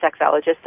sexologist